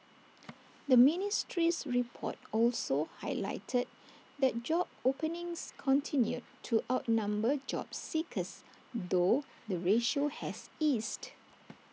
the ministry's report also highlighted that job openings continued to outnumber job seekers though the ratio has eased